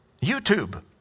YouTube